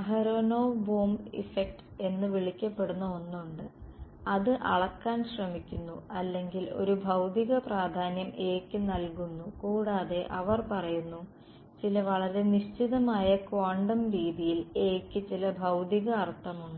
Aharonov Bohm effect എന്ന് വിളിക്കപ്പെടുന്ന ഒന്നുണ്ട് അത് അളക്കാൻ ശ്രമിക്കുന്നു അല്ലെങ്കിൽ ഒരു ഭൌതിക പ്രാധാന്യം A യ്ക്ക് നൽകുന്നു കൂടാതെ അവർ പറയുന്നു ചില വളരെ നിശ്ചിതമായ ക്വാണ്ടo രീതിയിൽ A യ്ക്ക് ചില ഭൌതിക അർഥം ഉണ്ട്